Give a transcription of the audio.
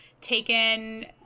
taken